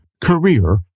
Career